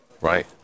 Right